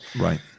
Right